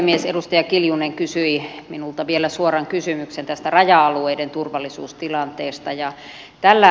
edustaja kiljunen kysyi minulta vielä suoran kysymyksen tästä raja alueiden turvallisuustilanteesta